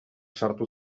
sartu